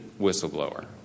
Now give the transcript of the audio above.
whistleblower